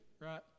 right